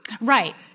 Right